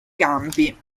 campi